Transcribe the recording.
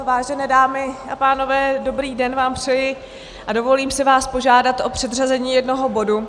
Vážené dámy a pánové, dobrý den vám přeji a dovolím si vás požádat o předřazení jednoho bodu.